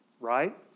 right